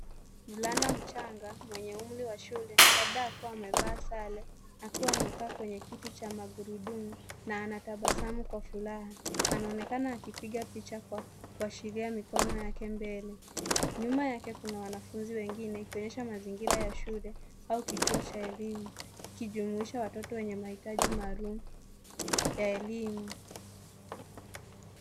Mvulana mchanga, mwenye umri wa shule labda akiwa amevaa sare akiwa amekaa kwenye kiti cha magurudumu na anatabasamu kwa furaha. Anaonekana akipiga picha kwa kuashiria mikono yake mbele. Nyuma yake kuna wanafunzi wengine ikionyesha mazingira ya shule au kituo cha elimu kijumuisha watoto wenye mahitaji maalum ya elimu